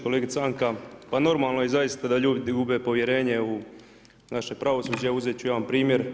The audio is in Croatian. Kolegice Anka, pa normalno je zaista da ljudi gube povjerenje u naše pravosuđe, uzet ću jedan primjer.